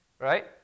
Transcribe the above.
right